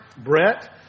Brett